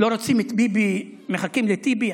לא רוצים את ביבי, מחכים לטיבי.